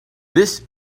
this